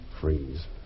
freeze